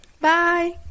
Bye